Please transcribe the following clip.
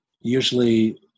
usually